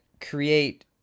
create